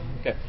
Okay